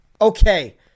okay